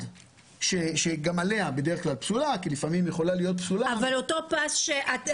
מה עם אותו פס?